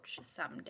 someday